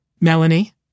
Melanie